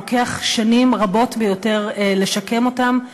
לוקח שנים רבות ביותר לשקם אותם,